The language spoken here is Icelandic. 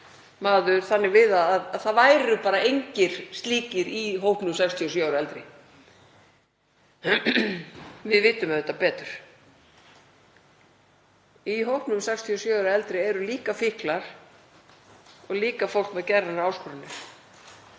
maður þannig við að það væru engir slíkir í hópnum 67 ára og eldri. Við vitum auðvitað betur. Í hópnum 67 ára og eldri eru líka fíklar og líka fólk með geðrænar áskoranir.